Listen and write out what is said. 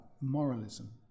moralism